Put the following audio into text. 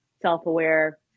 self-aware